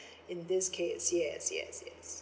in this case yes yes yes